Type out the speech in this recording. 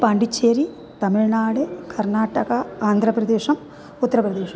पाण्डिचेरि तमिळ्नाड् कर्नाटक आन्द्रप्रदेशः उत्तरप्रदेशः